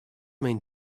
mean